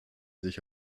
sich